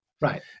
Right